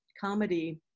comedy